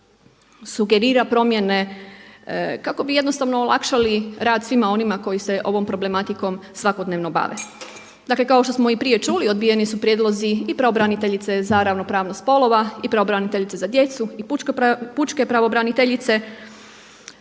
sugerira promjene kako bi jednostavno olakšali rad svima onima koji se ovom problematikom svakodnevno bave. Dakle kao što smo i prije čuli odbijeni su prijedlozi i pravobraniteljice za ravnopravnost spolova i pravobraniteljice za djecu i pučke pravobraniteljice,